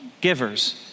givers